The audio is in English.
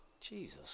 Jesus